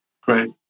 Great